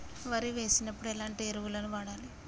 వరి వేసినప్పుడు ఎలాంటి ఎరువులను వాడాలి?